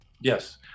yes